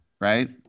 right